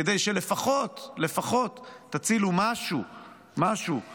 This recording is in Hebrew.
כדי שלפחות תצילו משהו מהכבוד שלכם.